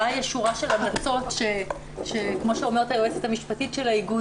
שורה של המלצות שכמו שאומרת היועמ"ש של האיגוד,